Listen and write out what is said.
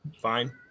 Fine